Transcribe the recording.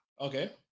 Okay